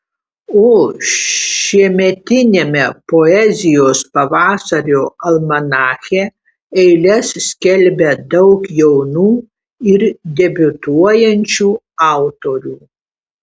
o šiemetiniame poezijos pavasario almanache eiles skelbia daug jaunų ir debiutuojančių autorių